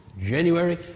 January